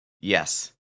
Yes